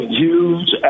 huge